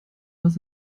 was